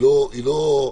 היא לא אמיתית,